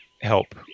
help